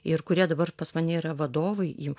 ir kurie dabar pas mane yra vadovai įmo